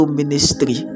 ministry